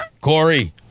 Corey